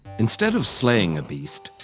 instead of slaying a beast,